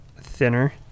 thinner